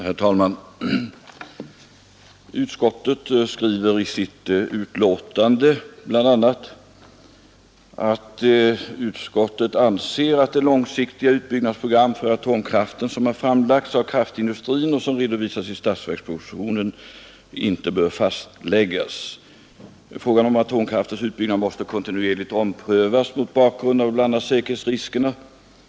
Herr talman! Utskottet skriver i sitt betänkande bl.a. att utskottet anser ”att det långsiktiga utbyggnadsprogram för atomkraften som har framlagts av kraftindustrin och som redovisas i statsverkspropositionen inte bör fastläggas. Frågan om atomkraftens utbyggnad måste kontinuerligt omprövas mot bakgrund av bl.a. säkerhetsriskerna.